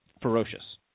ferocious